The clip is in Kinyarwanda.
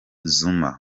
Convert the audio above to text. zuma